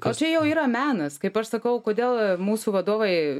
o čia jau yra menas kaip aš sakau kodėl mūsų vadovai